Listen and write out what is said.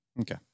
Okay